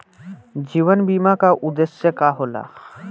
जीवन बीमा का उदेस्य का होला?